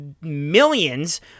millions